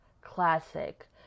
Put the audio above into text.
classic